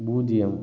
பூஜ்ஜியம்